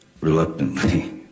reluctantly